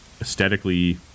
Aesthetically